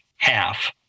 half